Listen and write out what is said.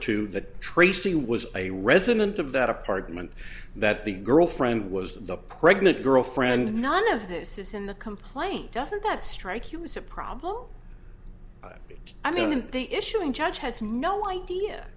to that tracy was a resident of that apartment that the girlfriend was the pregnant girlfriend none of this is in the complaint doesn't that strike you as a problem i mean in the issuing judge has no idea